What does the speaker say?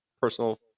personal